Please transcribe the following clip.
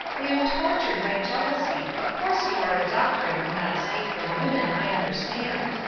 i am tortured by jealousy. of course you are a doctor and cannot escape from women. i understand.